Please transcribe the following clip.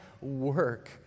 work